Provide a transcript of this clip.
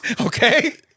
Okay